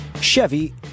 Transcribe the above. Chevy